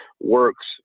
works